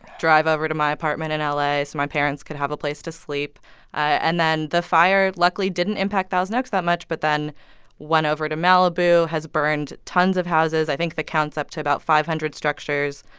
drive over to my apartment in ah la so my parents could have a place to sleep and then, the fire luckily didn't impact thousand oaks that much but then went over to malibu, has burned tons of houses. i think the count's up to about five hundred structures,